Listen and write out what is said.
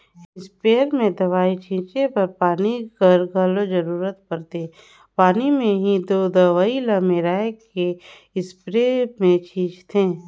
sprayer में दवई छींचे बर पानी कर घलो जरूरत परथे पानी में ही दो दवई ल मेराए के इस्परे मे छींचथें